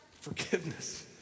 Forgiveness